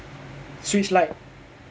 switch lite